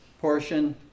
portion